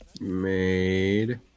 made